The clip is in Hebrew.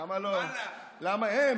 למה לא?